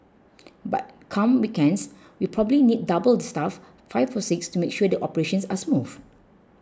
but come weekends we probably need double the staff five or six to make sure the operations are smooth